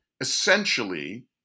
essentially